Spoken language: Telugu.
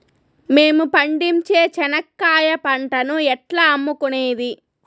మేము పండించే చెనక్కాయ పంటను ఎట్లా అమ్ముకునేది?